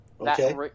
Okay